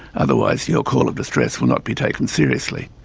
otherwise your call of distress will not be taken seriously.